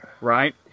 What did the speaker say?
right